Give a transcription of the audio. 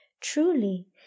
Truly